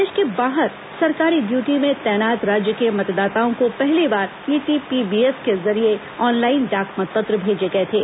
प्रदेश को बाहर सरकारी ड्यूटी में तैनात राज्य के मतदाताओं को पहली बार ईटीपीबीएस के जरिये ऑनलाइन डाक मतपत्र भेजे गए थे